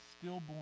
stillborn